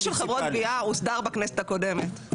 הנושא של חברות גבייה הוסדר בכנסת הקודמת.